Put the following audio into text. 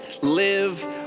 live